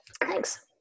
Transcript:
Thanks